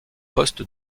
poste